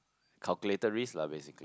calculator risk lah basically